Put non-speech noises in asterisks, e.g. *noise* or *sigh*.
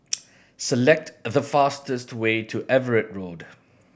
*noise* select the fastest way to Everitt Road